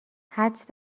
حدس